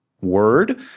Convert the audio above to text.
word